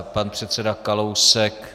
Pan předseda Kalousek.